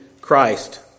Christ